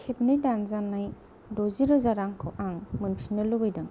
खेबनै दानजानाय द'जि रोजा रांखौ आं मोनफिन्नो लुबैदों